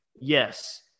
Yes